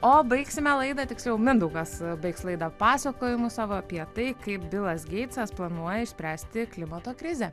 o baigsime laidą tiksliau mindaugas baigs laida pasakojimu savo apie tai kaip bilas geitsas planuoja išspręsti klimato krizę